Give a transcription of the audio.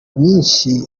myinshi